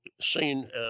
seen